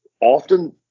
often